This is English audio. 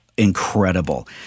Incredible